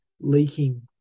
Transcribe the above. leaking